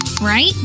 right